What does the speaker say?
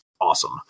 awesome